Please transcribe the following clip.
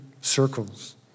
circles